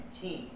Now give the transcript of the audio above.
team